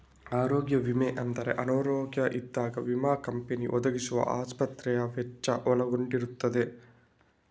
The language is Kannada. ಆರೋಗ್ಯ ವಿಮೆ ಅಂದ್ರೆ ಅನಾರೋಗ್ಯ ಆದಾಗ ವಿಮಾ ಕಂಪನಿ ಒದಗಿಸುವ ಆಸ್ಪತ್ರೆ ವೆಚ್ಚ ಒಳಗೊಂಡಿರ್ತದೆ